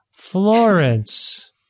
Florence